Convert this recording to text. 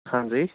ਹਾਂਜੀ